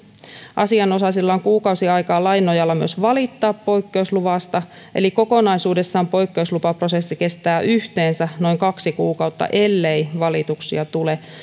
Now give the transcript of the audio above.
asianosaisilla on kuukausi aikaa lain nojalla myös valittaa poikkeusluvasta eli kokonaisuudessaan poikkeuslupaprosessi kestää yhteensä noin kaksi kuukautta ellei valituksia tule